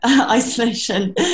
isolation